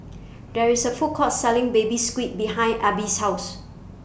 There IS A Food Court Selling Baby Squid behind Abie's House